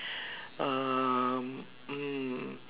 um mm